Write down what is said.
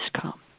come